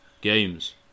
games